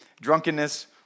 drunkenness